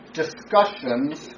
discussions